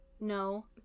No